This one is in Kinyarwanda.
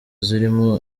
zirimo